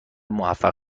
موفق